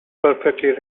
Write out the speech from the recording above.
perfectly